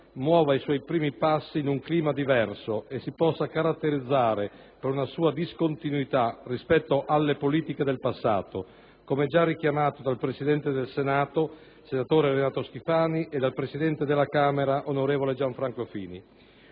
muova i suoi primi passi in un clima diverso e si possa caratterizzare per una sua discontinuità rispetto alle politiche del passato, come già richiamato dal presidente del Senato, senatore Renato Schifani, e dal presidente della Camera, onorevole Gianfranco Fini.